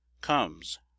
comes